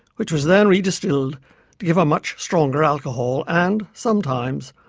which was then redistilled to give much stronger alcohol and, sometimes,